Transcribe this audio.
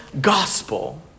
gospel